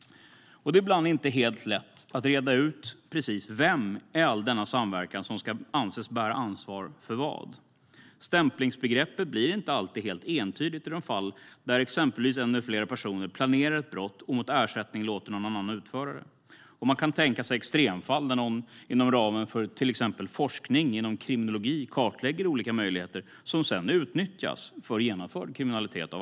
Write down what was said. Det är ibland inte helt lätt att reda ut precis vem i all denna samverkan som ska anses bära ansvar för vad. Stämplingsbegreppet blir inte alltid helt entydigt i de fall där exempelvis en eller flera personer planerar ett brott och mot ersättning låter någon annan utföra det. Man kan tänka sig extremfall där någon inom ramen för till exempel forskning inom kriminologi kartlägger olika möjligheter som sedan utnyttjas av andra för att genomföra kriminalitet.